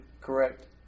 correct